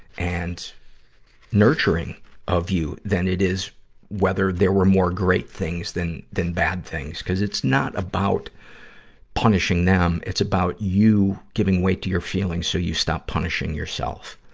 and nurturing of you than it is whether there were more great things than, than bad things. cuz it's not about punishing them it's about you giving weight to your feelings so you stop punishing yourself.